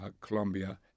Colombia